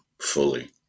fully